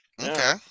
Okay